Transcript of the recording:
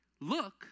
look